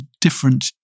different